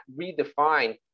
redefine